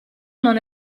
non